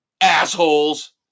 Assholes